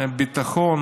ביטחון,